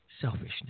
selfishness